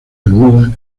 bermudas